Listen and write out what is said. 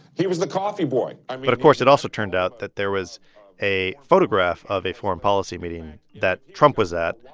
he was the coffee boy and but, of course, it also turned out that there was a photograph of a foreign policy meeting that trump was at,